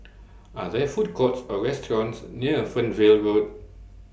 Are There Food Courts Or restaurants near Fernvale Road